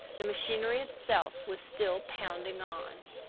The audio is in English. the machinery itself was still pounding on.